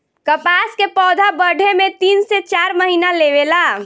कपास के पौधा बढ़े में तीन से चार महीना लेवे ला